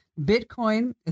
Bitcoin